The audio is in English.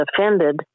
offended